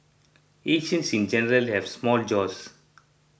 Asians in general have small jaws